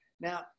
Now